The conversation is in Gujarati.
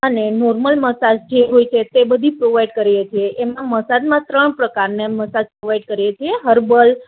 અને નોર્મલ મસાજ જે હોય તે બધી પ્રોવાઇડ કરીએ છીએ એમાં મસાજમાં ત્રણ પ્રકારનાં મસાજ પ્રોવાઇડ કરીએ છે હર્બલ